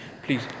Please